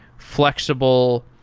flexible,